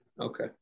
Okay